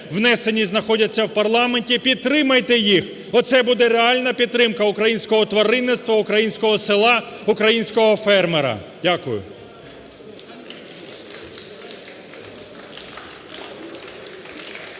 внесені і знаходяться в парламенті. Підтримайте їх – оце буде реальна підтримка українського тваринництва, українського села, українського фермера. Дякую.